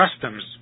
customs